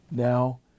Now